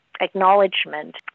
acknowledgement